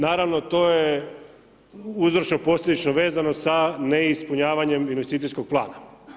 Naravno to je uzročno posljedično vezano sa neispunjavanjem investicijskog plana.